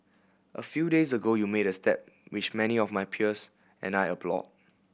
a few days ago you made a step which many of my peers and I applauded